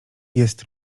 jest